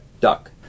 duck